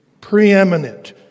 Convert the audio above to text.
preeminent